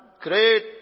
great